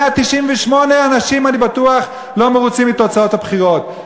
אני בטוח ש-198 אנשים לא מרוצים מתוצאות הבחירות,